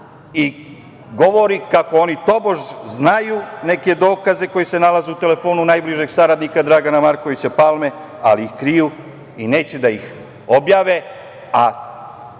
Govori kako oni, tobože, znaju neke dokaze koji se nalaze u telefonu najbližeg saradnika Dragana Markovića Palme, ali ih kriju i neće da ih objave, a